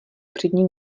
přední